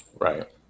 right